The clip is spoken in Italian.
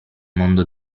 mondo